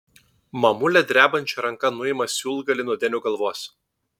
mamulė drebančia ranka nuima siūlgalį nuo denio galvos